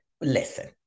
listen